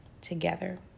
together